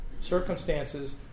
circumstances